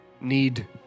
Need